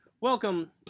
Welcome